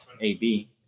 AB